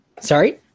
Sorry